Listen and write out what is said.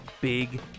big